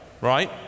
right